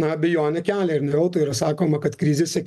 abejonę kelia ir ne veltui yra sakoma kad krizėse